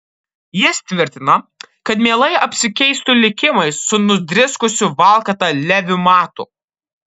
jis tvirtina kad mielai apsikeistų likimais su nudriskusiu valkata leviu matu